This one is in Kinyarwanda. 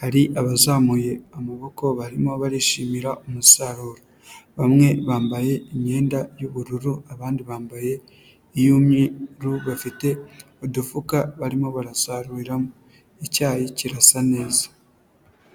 hari abazamuye amaboko barimo barishimira umusaruro, bamwe bambaye imyenda y'ubururu, abandi bambaye iy'umweru bafite udufuka barimo barasarura icyayi kirasa neza.